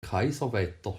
kaiserwetter